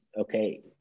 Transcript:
okay